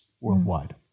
worldwide